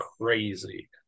crazy